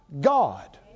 God